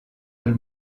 del